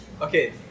okay